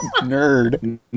nerd